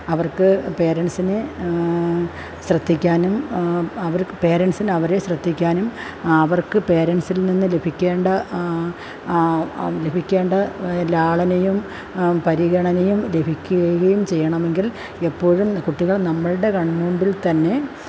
അവര്ക്ക് പേരന്സിന് ശ്രദ്ധിക്കാനും അവര്ക്ക് പേരന്സിനവരെ ശ്രദ്ധിക്കാനും അവര്ക്ക് പേരന്സില് നിന്ന് ലഭിക്കേണ്ട ആ ലഭിക്കേണ്ട ലാളനയും പരിഗണനയും ലഭിക്കുകയും ചെയ്യണമെങ്കില് എപ്പോഴും കുട്ടികള് നമ്മളുടെ കണ്മുമ്പില്ത്തന്ന